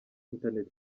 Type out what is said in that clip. internet